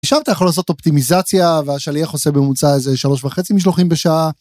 עכשיו אתה יכול לעשות אופטימיזציה והשליח עושה בממוצע איזה שלושה וחצי משלוחים בשעה.